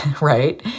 right